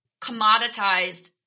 commoditized